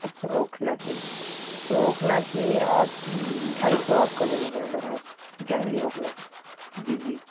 اچھا اوکھلا سے تو اوکھلا سے آپ ڈھائی سو آپ کا لگے گا اگر آپ جائیں گے اوکھلا سے جی جی